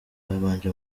babanje